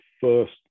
first